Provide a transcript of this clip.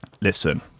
Listen